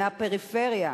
מהפריפריה.